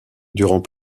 durant